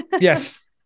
Yes